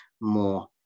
more